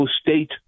State